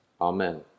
Amen